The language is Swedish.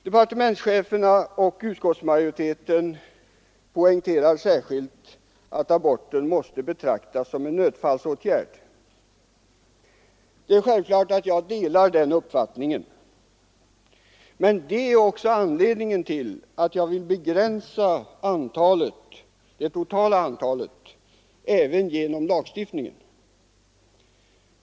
Departementscheferna och utskottsmajoriteten poängterar särskilt att aborten måste betraktas som en nödfallsåtgärd. Det är självklart att jag delar den uppfattningen, men det är också anledningen till att jag vill begränsa det totala antalet aborter även genom lagstiftningen.